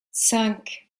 cinq